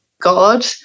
God